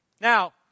Now